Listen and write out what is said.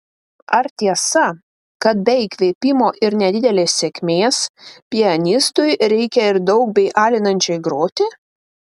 ar tiesa kad be įkvėpimo ir nedidelės sėkmės pianistui reikia ir daug bei alinančiai groti